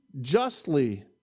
justly